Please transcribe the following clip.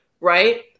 Right